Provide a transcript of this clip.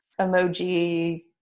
Emoji